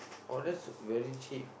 oh that's very cheap